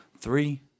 three